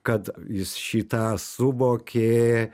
kad jis šį tą suvokė